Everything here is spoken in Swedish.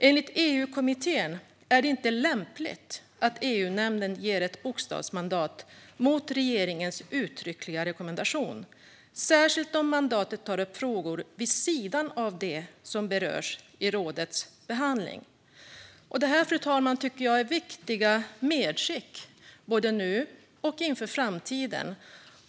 Enligt EU-kommittén är det inte lämpligt att EU-nämnden ger ett bokstavsmandat mot regeringens uttryckliga rekommendation, särskilt om mandatet tar upp frågor vid sidan av det som berörs i rådets behandling. Detta tycker jag är viktiga medskick, fru talman, både nu och inför framtiden.